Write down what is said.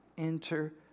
Enter